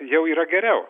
jau yra geriau